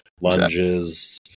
lunges